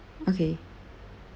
okay